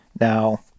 Now